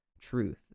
truth